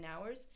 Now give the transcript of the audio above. hours